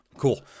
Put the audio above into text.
cool